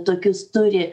tokius turi